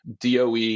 DOE